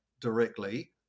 directly